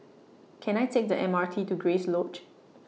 Can I Take The M R T to Grace Lodge